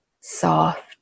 soft